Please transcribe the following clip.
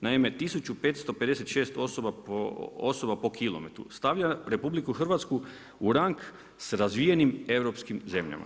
Naime, 1556 osoba po kilometru stavlja RH u rang sa razvijenim europskim zemljama.